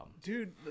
dude